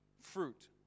fruit